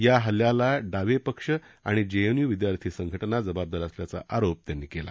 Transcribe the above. या हल्ल्याला डावे पक्ष आणि जेएनयू विद्यार्थी संघटना जबाबदार असल्याचा आरोप त्यांनी केला